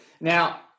now